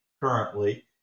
currently